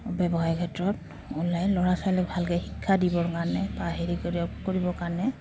ব্যৱসায়াৰ ক্ষেত্ৰত ওলাই ল'ৰা ছোৱালীক ভালকৈ শিক্ষা দিবৰ কাৰণে বা হেৰি কৰ কৰিবৰ কাৰণে